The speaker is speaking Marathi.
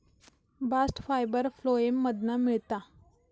बास्ट फायबर फ्लोएम मधना मिळता